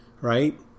right